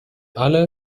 alle